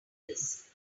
this